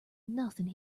nothing